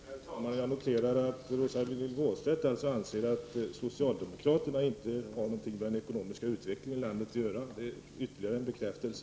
Herr talman! Jag noterar att Rosa-Lill Wåhlstedt anser att socialdemokraterna inte har någonting med den ekonomiska utvecklingen i landet att göra. Det är ytterligare en bekräftelse.